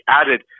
added